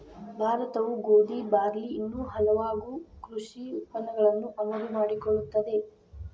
ಭಾರತವು ಗೋಧಿ, ಬಾರ್ಲಿ ಇನ್ನೂ ಹಲವಾಗು ಕೃಷಿ ಉತ್ಪನ್ನಗಳನ್ನು ಆಮದು ಮಾಡಿಕೊಳ್ಳುತ್ತದೆ